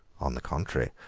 on the contrary,